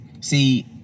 See